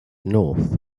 north